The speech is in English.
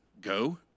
go